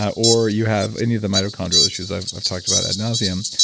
ah or you have any of the mitochondrial issues i've i've talked about ad nauseum,